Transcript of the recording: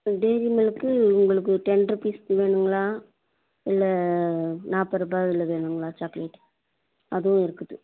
dairy milk உங்களுக்கு ten ருப்பீஸ்க்கு வேணுங்களா இல்லை நாற்பது ரூபா இதில் வேணுங்களா சாக்லேட் அதுவும் இருக்குது